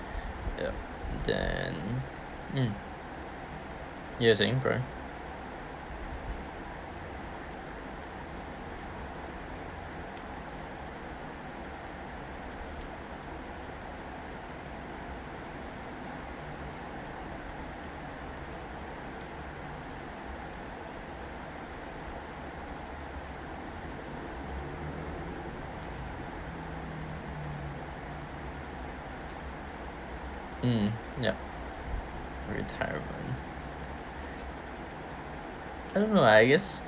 yup then mm yes you're saying brian mm yup retirement I don't know I guess